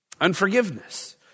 Unforgiveness